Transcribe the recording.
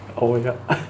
oh ya